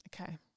Okay